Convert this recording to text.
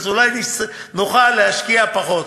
אולי נוכל להשקיע פחות.